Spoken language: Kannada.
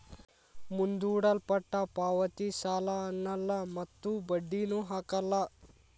ಮುಂದೂಡಲ್ಪಟ್ಟ ಪಾವತಿ ಸಾಲ ಅನ್ನಲ್ಲ ಮತ್ತು ಬಡ್ಡಿನು ಹಾಕಲ್ಲ